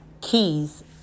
Keys